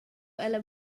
ella